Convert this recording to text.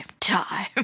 Time